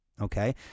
Okay